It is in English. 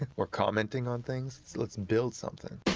or commenting on things, let's build something.